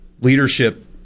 leadership